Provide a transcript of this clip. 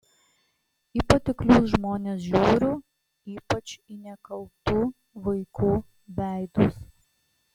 į patiklius žmones žiūriu ypač į nekaltų vaikų veidus